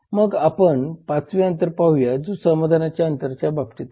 मग आपण पाचवे अंतर पाहूया जे समाधानाच्या बाबतीत आहे